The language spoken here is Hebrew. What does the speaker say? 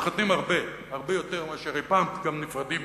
מתחתנים הרבה, הרבה יותר מאשר אי-פעם, וגם נפרדים